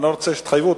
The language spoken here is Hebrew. אני לא רוצה שתתחייבו,